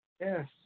Yes